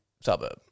suburb